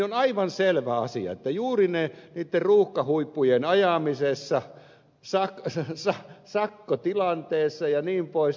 on aivan selvä asia että juuri niitten ruuhkahuippujen ajamisessa saakka sen missä sakkotilanteissa ja sakkotilanteessa jnp